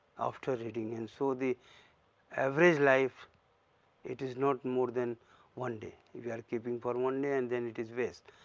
after reading in. so, the average life it is not more than one day, if we are keeping for one day and then it is waste.